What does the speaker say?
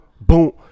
boom